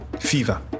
Fever